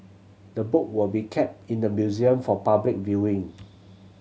the book will be kept in the museum for public viewing